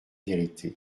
vérité